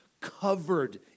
covered